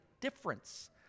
difference